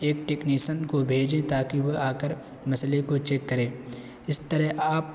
ایک ٹیکنیسن کو بھیجیں تاکہ وہ آ کر مسئلے کو چیک کرے اس طرح آپ